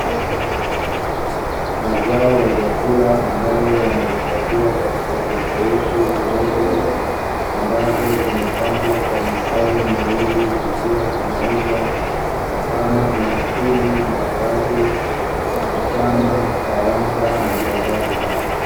Mazao ya vyakula ambayo yamehifadhiwa katika vifurushi vidogo, ambavyo vimepangwa kwa mistari miwili vikiwa vinauzwa mfano ni mahindi, maharage, mtama, karanga nakadhalika.